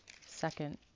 second